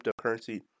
cryptocurrency